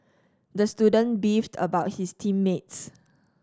the student beefed about his team mates